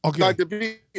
Okay